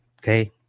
okay